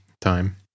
time